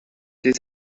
des